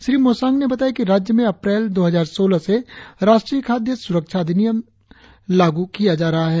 श्री मोसांग ने बताया कि राज्य में अप्रैल दो हजार सोलह से राष्ट्रीय खाद्य सुरक्षा अधिनियम लागू किया जा रहा है